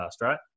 right